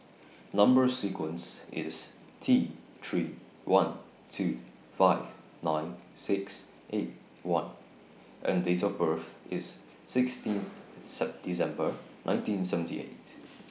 Number sequence IS T three one two five nine six eight one and Date of birth IS sixteenth Sep December nineteen seventy eight